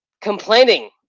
complaining